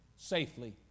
safely